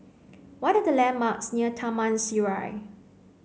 what are the landmarks near Taman Sireh